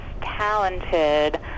talented